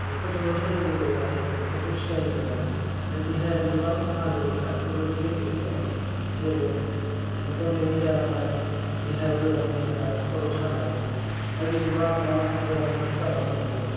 बेफोरजोंल'सो लोगो जायो नाथाय जों बेफोरखौ सिनायनो मोना ओमफ्राय देहायारि गोबां खहा जायो जोहा बेफोरबादि गेम गेलेनायाव जेरै मेगन नुयै जालांनाय देहायाव लोरबांथि जानाय खर' सानाय बायदि गोबां नारा नाथा बेरामफोर जालांनो हमो